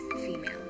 female